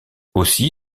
aussi